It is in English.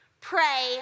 pray